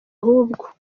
ahubwo